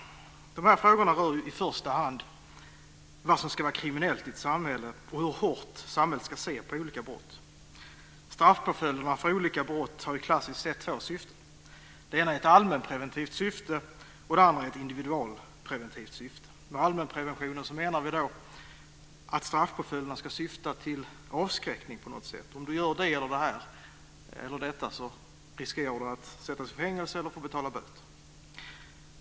De här frågorna rör ju i första hand vad som ska vara kriminellt i ett samhälle och hur hårt samhället ska se på olika brott. Straffpåföljderna för olika brott har klassiskt sett två syften. Den ena är ett allmänpreventivt syfte och det andra är ett individualpreventivt syfte. Med allmänpreventionen menar vi att straffpåföljderna ska syfta till avskräckning på något sätt. Om du gör det eller detta riskerar du att sättas i fängelse eller få betala böter.